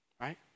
right